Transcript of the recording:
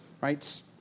right